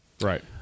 Right